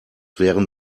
wären